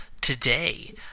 today